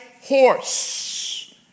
horse